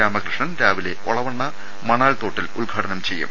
രാമകൃഷ്ണൻ രാവിലെ ഒളവണ്ണ് മണാൽതോട്ടിൽ ഉദ്ഘാടനം ചെയ്യും